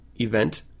event